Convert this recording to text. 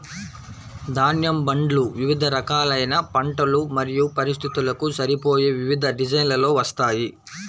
ధాన్యం బండ్లు వివిధ రకాలైన పంటలు మరియు పరిస్థితులకు సరిపోయే వివిధ డిజైన్లలో వస్తాయి